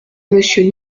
monsieur